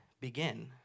begin